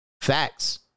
Facts